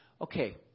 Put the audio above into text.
Okay